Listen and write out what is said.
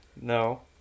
No